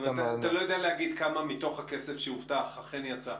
אתה לא יודע להגיד כמה מתוך הכסף שהובטח אכן יצא.